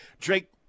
Drake